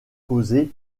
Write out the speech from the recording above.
causées